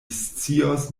scios